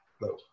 No